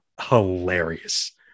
Hilarious